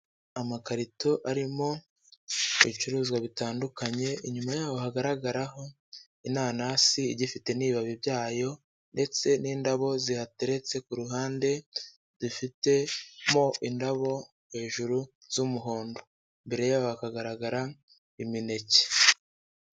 Amakarito arimo ibicuruzwa bitandukanye inyuma yaho hagaragaraho inanasi igifite n'ibibabi byayo ndetse n'indabo zihateretse ku ruhande zifite mo indabo hejuru z'umuhondo imbere yaho hakagaragara imineke.